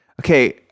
Okay